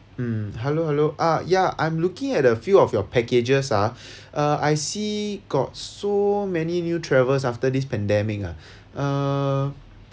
mm hello hello ah yeah I'm looking at a few of your packages ah uh I see got so many new travels after this pandemic ah uh